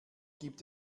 gibt